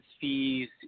fees